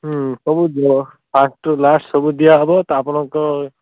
ହୁଁ ସବୁ ଯିବ ଫାଷ୍ଟ୍ରୁ ଲାଷ୍ଟ୍ ସବୁ ଦିଆହବ ତ ଆପଣଙ୍କ